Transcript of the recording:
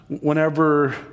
whenever